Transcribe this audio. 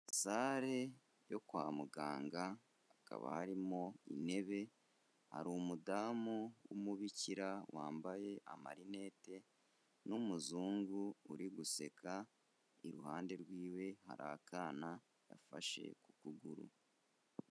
Salle yo kwa muganga, hakaba arimo intebe, hari umudamu w'umubikira wambaye amarinete n'umuzungu uri guseka, iruhande rw'iwe hari akana gafashe ku kuguru.